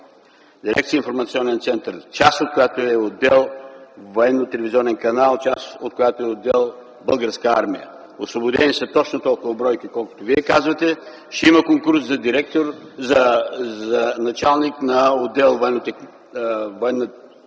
Дирекция „Информационен център”, част от която е отдел „Военно-телевизионен канал”, част от която е отдел „Българска армия”. Освободени са точно толкова бройки, колкото Вие казвате. Ще има конкурс за началник на отдел